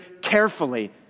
carefully